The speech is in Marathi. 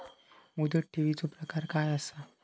मुदत ठेवीचो प्रकार काय असा?